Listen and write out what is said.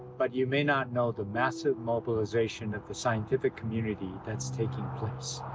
but you may not know the massive mobilization of the scientific community that's taking place.